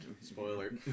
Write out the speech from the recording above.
spoiler